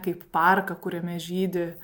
kaip parką kuriame žydi